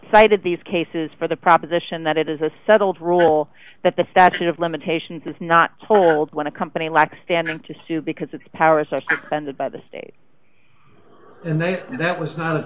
cited these cases for the proposition that it is a settled rule that the statute of limitations is not told when a company like standing to sue because its powers are suspended by the state and that was not